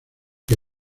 que